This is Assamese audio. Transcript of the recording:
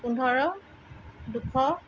পোন্ধৰ দুশ